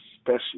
special